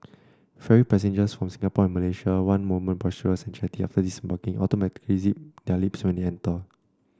ferry passengers from Singapore and Malaysia one moment boisterous and chatty after disembarking automatically zip their lips when they enter